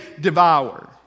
devour